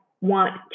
want